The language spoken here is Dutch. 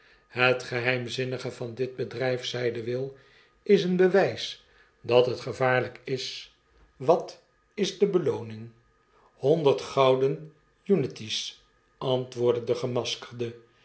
het geheimzinnige van dit bedrjjf zeide will is een bewys dat het gevaarlp is wat is de belooning honderd gouden unities antwoordde de gemaskerde